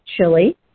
chili